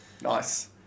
Nice